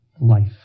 life